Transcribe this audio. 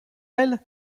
elles